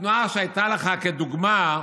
התנועה שהייתה לך כדוגמה,